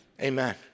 Amen